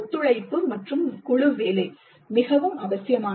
ஒத்துழைப்பு மற்றும் குழு வேலை மிகவும் அவசியம்